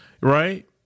right